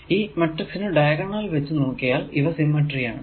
ഈ മാട്രിക്സ് നു ഡയഗണൽ വച്ച് നോക്കിയാൽ ഇവ സിമെട്രി ആണ്